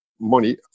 money